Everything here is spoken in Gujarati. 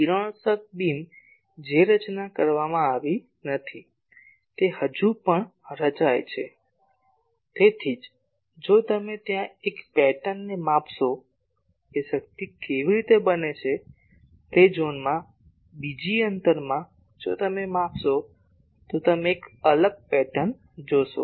કિરણોત્સર્ગ બીમ જે રચના કરવામાં આવી નથી તે હજી પણ રચાય છે તેથી જ જો તમે ત્યાં એક પેટર્નને માપશો કે શક્તિ ત્યાં કેવી રીતે છે અને તે ઝોનમાં બીજી અંતરમાં જો તમે માપશો તો તમે એક અલગ પેટર્ન જોશો